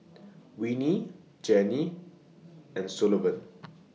Winnie Jennie and Sullivan